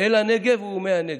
אל הנגב ומהנגב,